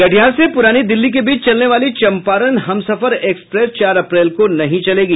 कटिहार से पुरानी दिल्ली के बीच चलने वाली चंपारण हमसफर एक्सप्रेस चार अप्रैल को नहीं चलेगी